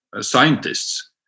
scientists